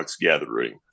Gathering